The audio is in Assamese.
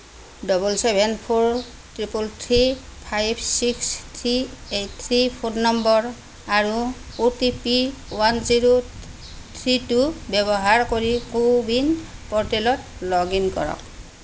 double seven four triple three five six three eight three phone number আৰু OTP one zero three two ব্যৱহাৰ কৰি কো ৱিন প'ৰ্টেলত লগ ইন কৰক